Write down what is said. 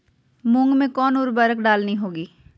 मूंग में कौन उर्वरक डालनी होगी?